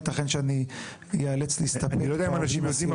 ייתכן שאני אאלץ להסתפק --- אני לא יודע אם אנשים יודעים,